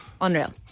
Unreal